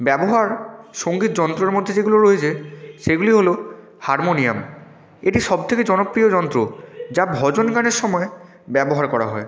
ব্যবহার সংগীত যন্ত্রর মধ্যে যেগুলো রয়েছে সেগুলি হলো হারমোনিয়াম এটি সবথেকে জনপ্রিয় যন্ত্র যা ভজন গানের সময় ব্যবহার করা হয়